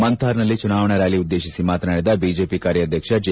ಮಂಥಾರ್ನಲ್ಲಿ ಚುನಾವಣಾ ರ್ನಾಲಿ ಉದ್ದೇಶಿಸಿ ಮಾತನಾಡಿದ ಬಿಜೆಪಿ ಕಾರ್ಯಾಧ್ಯಕ್ಷ ಜೆ